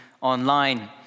online